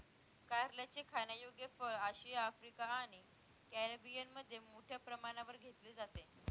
कारल्याचे खाण्यायोग्य फळ आशिया, आफ्रिका आणि कॅरिबियनमध्ये मोठ्या प्रमाणावर घेतले जाते